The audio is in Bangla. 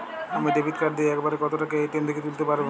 আমি ডেবিট কার্ড দিয়ে এক বারে কত টাকা এ.টি.এম থেকে তুলতে পারবো?